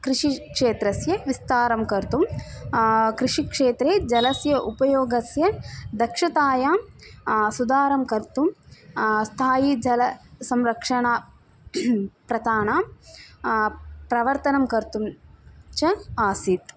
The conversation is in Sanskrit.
कृषिक्षेत्रस्य विस्तारं कर्तुं कृषिक्षेत्रे जलस्य उपयोगस्य दक्षतायां सुधारं कर्तुं स्थायिजलसंरक्षणं प्रथानां प्रवर्तनं कर्तुं च आसीत्